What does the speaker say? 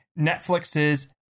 Netflix's